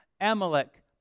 Amalek